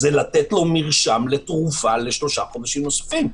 זה לתת לו מרשם לתרופה לשלושה חודשים נוספים,